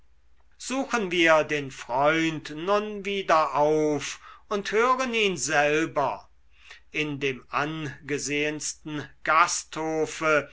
suchen wir den freund nun wieder auf und hören ihn selber in dem angesehensten gasthofe